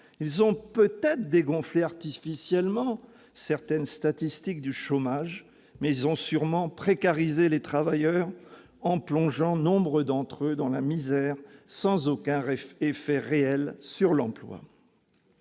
pays ont-ils dégonflé artificiellement les statistiques du chômage, mais ils ont sûrement précarisé les travailleurs en plongeant nombre d'entre eux dans la misère, sans aucun effet réel sur l'emploi.